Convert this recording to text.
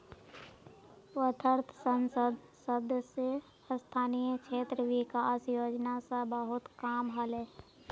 वर्धात संसद सदस्य स्थानीय क्षेत्र विकास योजना स बहुत काम ह ले